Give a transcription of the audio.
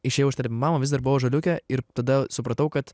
išėjauiš telebimbam vis dar buvo ąžuoliuke ir tada supratau kad